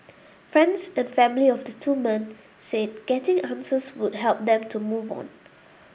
friends and family of the two men said getting answers would help them to move on